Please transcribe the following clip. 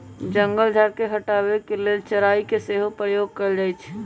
जंगल झार के हटाबे के लेल चराई के सेहो प्रयोग कएल जाइ छइ